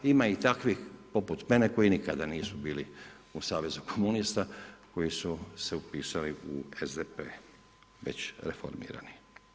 Ima i takvih poput mene koji nikada nisu bili u Savezu komunista koji su se upisali u SDP već reformirani.